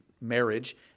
marriage